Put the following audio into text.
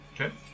Okay